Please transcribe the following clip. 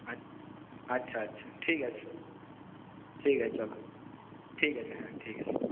আচ্ছা আচ্ছা ঠিক আছে ঠিক আছে চলো ঠিক আছে হ্যাঁ ঠিক আছে